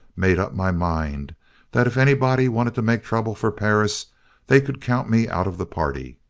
made up my mind that if anybody wanted to make trouble for perris they could count me out of the party.